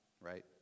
right